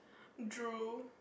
drool